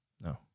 No